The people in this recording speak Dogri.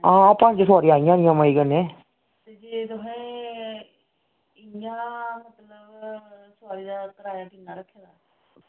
आं पंज सोआरियां आई जानियां मज़े कन्नै